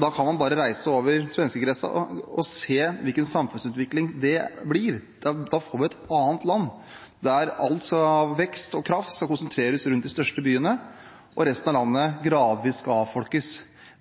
man kan bare reise over svenskegrensen og se hvilken samfunnsutvikling det blir. Da får vi et annet land der alt av vekst og kraft skal konsentreres rundt de største byene, og resten av landet gradvis avfolkes.